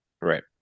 right